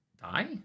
Die